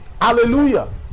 hallelujah